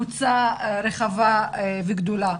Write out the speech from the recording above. וכקבוצה רחבה וגדולה.